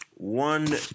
one